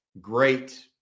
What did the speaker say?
great